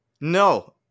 No